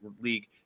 league